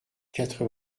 quatre